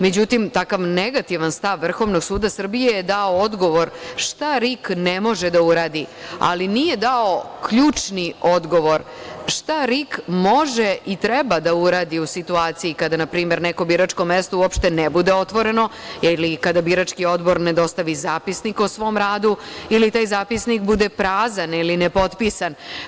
Međutim, takav negativan stav Vrhovnog suda Srbije je dao odgovor šta RIK ne može da uradi, ali nije dao ključni odgovor šta RIK može i treba da uradi u situaciji kada, na primer, neko biračko mesto uopšte ne bude otvoreno ili kada birački odbor ne dostavi zapisnik o svom radu ili taj zapisnik bude prazan ili nepotpisan.